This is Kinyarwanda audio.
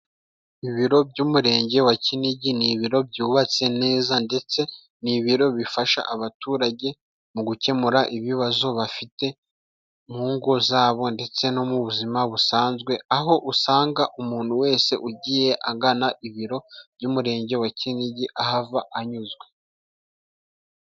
Ibiro by'umurenge wa Kinigi, ni ibiro byubatse neza ndetse ni ibiro bifasha abaturage mu gukemura ibibazo bafite mu ngo zabo ndetse no mu buzima busanzwe, aho usanga umuntu wese ugiye agana ibiro by'umurenge wa Kinigi ahava anyuzwe.